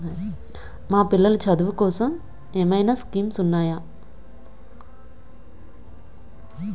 మా పిల్లలు చదువు కోసం స్కీమ్స్ ఏమైనా ఉన్నాయా?